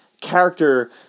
character